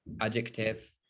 adjective